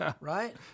right